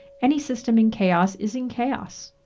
any system in chaos is in chaos.